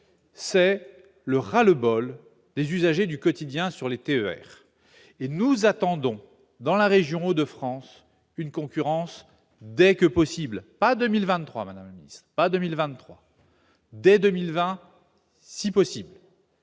sait le ras-le-bol des usagers du quotidien concernant le TER. Et nous attendons, dans la région Hauts-de-France, une concurrence dès que possible. Pas en 2023, madame la ministre : dès 2020 si possible